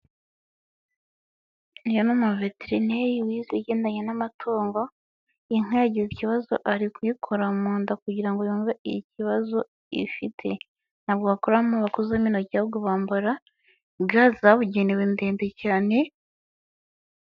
Uyu ni umuveterineri wize ibigendanye n'amatungo, inka yagize ikibazo ari kuyikora mu nda kugira ngo yumve ikibazo ifite. Ntabwo bakoramo bakozamo intoki ahubwo bambara ga zabugenewe ndende cyane...